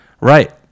right